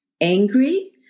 angry